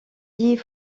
pays